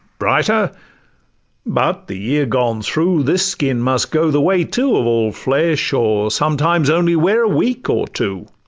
brighter but the year gone through, this skin must go the way, too, of all flesh, or sometimes only wear a week or two